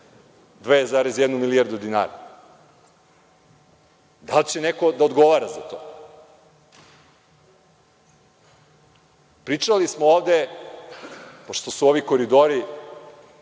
2,1 milijardu dinara. Da li će neko da odgovara za to? Pričali smo ovde, pošto su ovi Koridori